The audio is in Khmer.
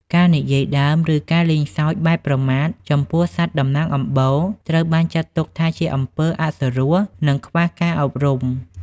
ការនិយាយដើម ឬការលេងសើចបែបប្រមាថចំពោះសត្វតំណាងអំបូរ ត្រូវបានចាត់ទុកថាជាអំពើអសុរោះ និងខ្វះការអប់រំ។